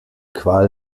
qual